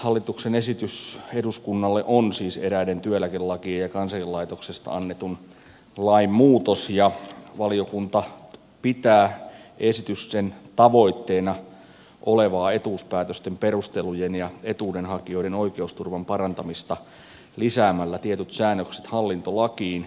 hallituksen esitys eduskunnalle on siis eräiden työeläkelakien ja kansaneläkelaitoksesta annetun lain muutos ja valiokunta pitää perusteltuna esityksen tavoitteena olevaa etuuspäätösten perustelujen ja etuuden hakijoiden oikeusturvan parantamista lisäämällä tietyt säännökset hallintolakiin